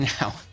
Now